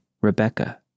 Rebecca